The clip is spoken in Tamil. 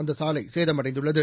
அந்த சாலை சேத மடை நட்துள்ளது